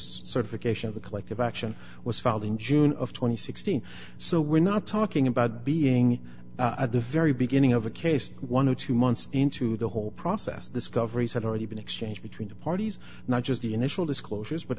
certification of the collective action was filed in june of two thousand and sixteen so we're not talking about being at the very beginning of a case one of two months into the whole process discoveries had already been exchanged between the parties not just the initial disclosures but